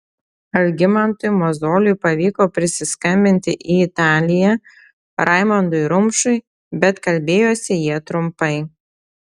algimantui mozoliui pavyko prisiskambinti į italiją raimondui rumšui bet kalbėjosi jie trumpai